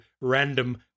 random